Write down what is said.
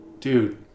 dude